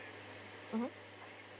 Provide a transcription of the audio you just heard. mmhmm